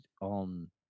on